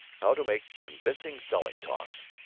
how to make convincing selling-talks.